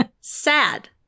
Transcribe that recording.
sad